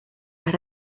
las